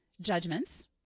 judgments